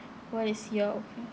what is your